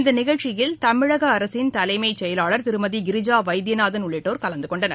இந்த நிகழ்ச்சியில் தமிழக த அரசின் தலைமைச்செயலாளர் திருமதி கிரிஜா வைத்தியநாதன் உள்ளிட்டோர் கலந்துகொண்டனர்